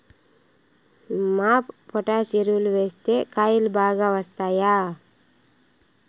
MOP potash ఎరువులు వేస్తే కాయలు బాగా వస్తాయా?